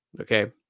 okay